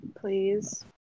Please